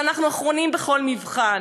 שאנחנו אחרונים בכל מבחן,